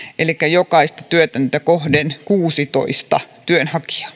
elikkä jokaista työpaikkaa kohden kuusitoista työnhakijaa